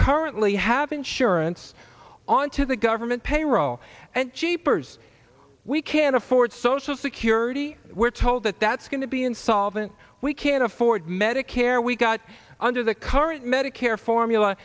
currently have insurance onto the government payroll and jeepers we can't afford social security we're told that that's going to be insolvent we can't afford medicare we got under the current medicare formula